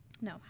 no